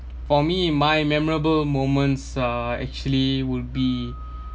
for me my memorable moments are actually would be